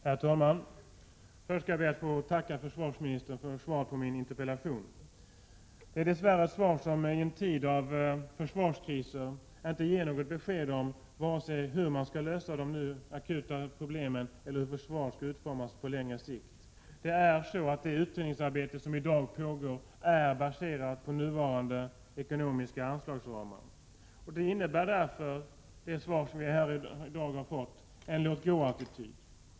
Herr talman! Först skall jag be att få tacka försvarsministern för svaret på min interpellation. Det är dess värre ett svar som i tider av försvarskriser inte ger något besked om vare sig hur man skall lösa de akuta problemen eller hur försvaret skall utformas på längre sikt. Det utredningsarbete som i dag pågår är baserat på nuvarande ekonomiska anslagsramar. Det svar som jag i dag fått visar därför på en låt-gå-attityd.